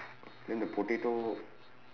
then the potato